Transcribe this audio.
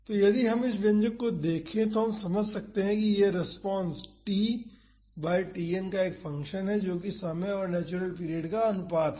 तो यदि हम इस व्यंजक को देखें तो हम समझ सकते हैं कि यह रेस्पॉन्स t बाई Tn का एक फंक्शन है जो कि समय और नेचुरल पीरियड का अनुपात है